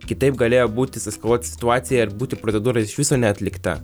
kitaip galėjo būti susieskaluot situacija ir būti procedūra iš viso neatlikta